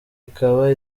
ikaba